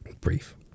Brief